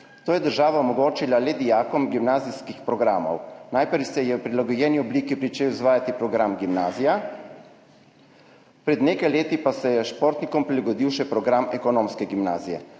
To je država omogočila le dijakom gimnazijskih programov. Najprej se je v prilagojeni obliki pričel izvajati program gimnazija, pred nekaj leti pa se je športnikom prilagodil še program ekonomske gimnazije.